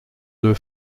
deux